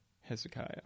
Hezekiah